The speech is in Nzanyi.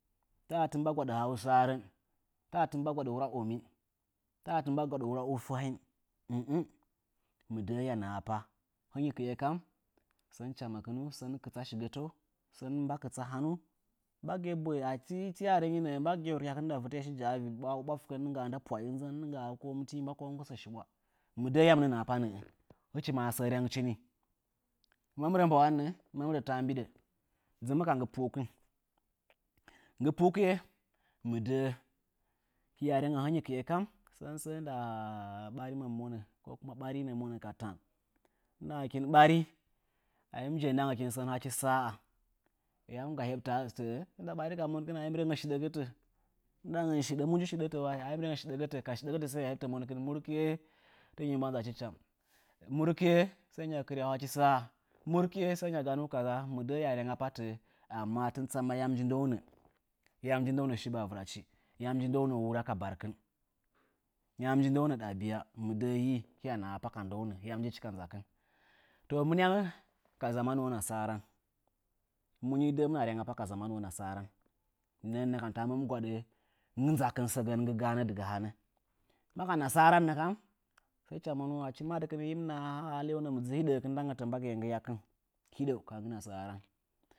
Taɗa ti mba gwaɗə hausarən. Taɗa tɨ mba gwaɗə wura omin, taɗa tɨ mba gwaɗə wura ɨfwahin umuh. Hiya nahapa, hɨnyi kɨe kam, sən chaməkɨnu? Sən kɨtsa shigətəu? Sən kɨtsa, hannuu? Mbagɨya boye, achitii waa nenyi nəə, mbagiya boye, mbagɨya shikɨn ndɨɗangən fətə hɨya shi ja'a komu nda ko mu, nɨngga'a ɓwakɨvən nda pwa'i ɨnzən tii mba ko nggosə shi ɓwa. Mɨ də'ə hiya nahapa nə'ə, hɨchi masa sə rengchi nii. Hɨmə mɨ rə mbawan nə? Hɨmə mɨ rə taambiɗə. Dzəmə ka nggɨ punkɨn. Nggɨ puukɨ'e hiya rengə hɨnyi ki'e kam, sən səə nda ɓarin, ko kuma ɓariinəa monə ka tan, ndɨɗangəkin ɓari a hii mɨ je'e ndakin sən hachi sa'a. Yam ga hebtaa tə'ə? Ndɨɗangəkin ɓari ka monkɨn a hii mi nəhə sheɗigətə mu nji shiɗətə wayi ahii mɨ nəhə sheɗigətə ka cheɗigətə heɓtaa murkie tɨnyi mba nzachi cham, murki'e sai hɨnya kɨryau hachi sa'a, murki'e sai hɨnya ganuu kaza, amma tɨn tsaman yami nji ndəunə? Yam nji shi bavɨrachi? Yam nji ndəunə wura ka barkɨn? Yam nji ndəaunə ɗabiya? Mɨ də'ə hii hiya nahapa ka ndəunə, yam njichi ka nzakɨn? Naa, wa mɨniamə ka zamunuwo nasaran. Mu nii dəə hɨmɨna ryangapa ka zamanuwo nasasran? Nə'ənna kam ta hɨmə mɨ gwaɗə nggɨ nzakɨn səgən ka hanə dɨga hanə. Maka nasaran nə kam, hɨcha monuu madɨkɨn achi hii mɨ nahan haleunə mɨ dzuu ndatə mbigɨya nggɨryakɨn. Hɨɗou ka nggɨ nasaran.